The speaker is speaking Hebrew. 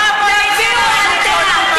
אנחנו לא אופוזיציה לצה"ל.